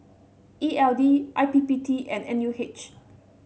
E L D I P P T and N U H